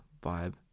vibe